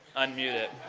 unmute it.